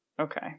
Okay